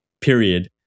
period